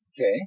Okay